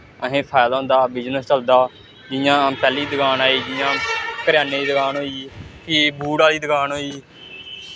असें फैदा होंदा बिजनस चलदा जि'यां पैह्ली दकान आई गेई जि'यां करेआने दी दकान होई गेई फ्ही बूट आह्ली दकान होई गेई